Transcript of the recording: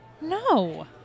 No